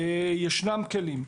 ישנם כלים.